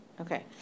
Okay